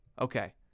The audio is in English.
Okay